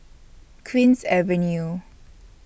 Queen's Avenue